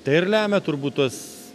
tai ir lemia turbūt tuos